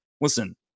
listen